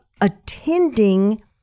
attending